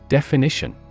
Definition